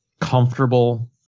comfortable